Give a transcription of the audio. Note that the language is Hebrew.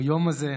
ביום הזה.